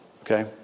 Okay